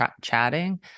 chatting